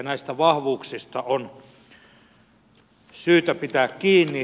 näistä vahvuuksista on syytä pitää kiinni